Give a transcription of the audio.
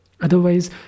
Otherwise